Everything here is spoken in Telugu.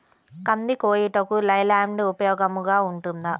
కంది కోయుటకు లై ల్యాండ్ ఉపయోగముగా ఉంటుందా?